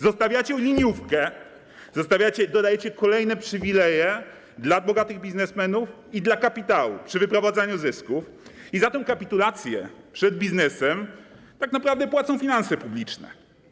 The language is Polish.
Zostawiacie liniówkę, dodajecie kolejne przywileje dla bogatych biznesmenów i dla kapitału przy wyprowadzaniu zysków i za tę kapitulację przed biznesem tak naprawdę płacą finanse publiczne.